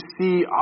see